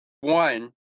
one